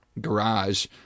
garage